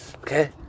okay